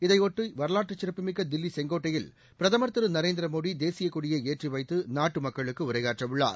இதையொட்டி வரலாற்றுச் சிறப்புமிக்க தில்லி செங்கோட்டையில் பிரதமர் திரு நரேந்திர மோடி தேசியக் கொடியை ஏற்றி வைத்து நாட்டு மக்களுக்கு உரையாற்றவுள்ளார்